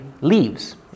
leaves